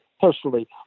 personally